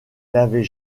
n’avait